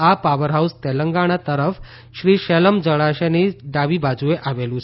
આ power house Telangana તરફ શ્રીશૈલમ જળાશયની ડાબી બાજુએ આવેલું છે